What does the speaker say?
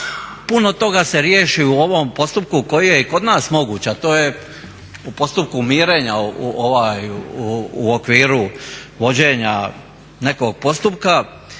Puno toga se riješi u ovom postupku koji je i kod nas moguć a to je u postupku mirenja u okviru vođenja nekog postupka.